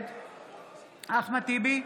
נגד אחמד טיבי,